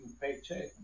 paycheck